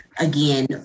Again